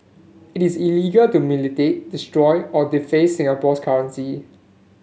it is illegal to mutilate destroy or deface Singapore's currency